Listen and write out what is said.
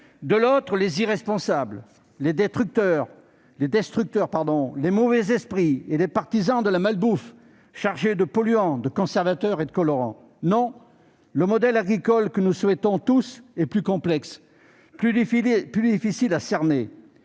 de l'autre, les irresponsables, les destructeurs, les mauvais esprits, partisans de la malbouffe chargée de polluants, de conservateurs et de colorants. Non, le modèle agricole que nous souhaitons tous est plus complexe, plus difficile à cerner